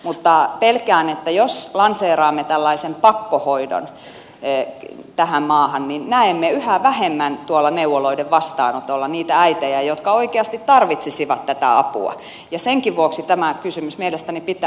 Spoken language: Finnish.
mutta pelkään että jos lanseeraamme tällaisen pakkohoidon tähän maahan niin näemme yhä vähemmän tuolla neuvoloiden vastaanotoilla niitä äitejä jotka oikeasti tarvitsisivat tätä apua ja senkin vuoksi tämä kysymys mielestäni pitää arvioida hyvin tarkasti